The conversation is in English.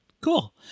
Cool